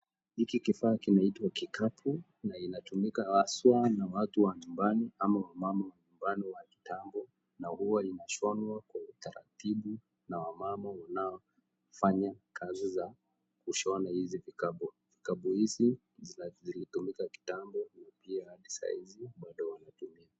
Hiki kifaa kinaitwa kikapu na inatumika haswa na watu wa nyumbani ama wamama wale wa kitambo na huwa inashonwa kwenye utaratibu na wamama wanaofanya kazi za kushona hizi vikapu. Vikapu hizi zilitumika kitambo na pia saa hizi bado wanatumia.